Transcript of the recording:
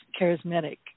charismatic